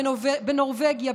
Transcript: בנורבגיה,